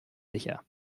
sicher